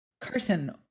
Carson